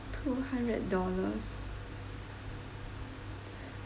two hundred dollars